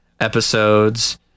episodes